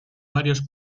varios